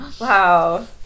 Wow